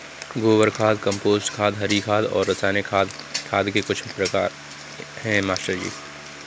गोबर खाद कंपोस्ट खाद हरी खाद और रासायनिक खाद खाद के कुछ प्रकार है मास्टर जी